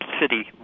city